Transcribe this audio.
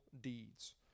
deeds